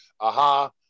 aha